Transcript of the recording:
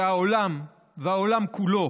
שהעולם כולו